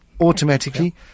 automatically